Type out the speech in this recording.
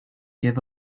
give